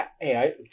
Hey